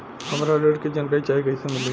हमरा ऋण के जानकारी चाही कइसे मिली?